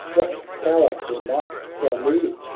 what power her might shall move?